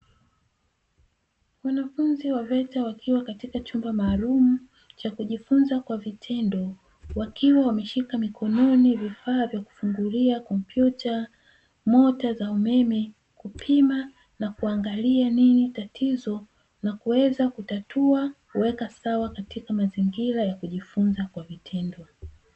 Wanafunzi wa veta wakiwa katika chumba maalumu wakijifunza kwa vitendo wakiwa wameshika mikononi vifaa vya kufungulia kompyuta, mota za umeme kupima na kuangalia nini tatizo na kuweza kutatua kuweka sawa katika mazingira ya kujifunza kwa vitendo.